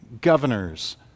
governors